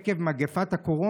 עקב מגפת הקורונה,